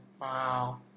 wow